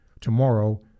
tomorrow